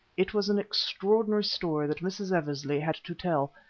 it was an extraordinary story that mrs. eversley had to tell,